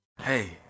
Hey